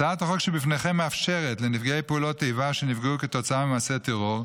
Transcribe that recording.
הצעת החוק שבפניכם מאפשרת לנפגעי פעולות איבה שנפגעו כתוצאה ממעשי טרור,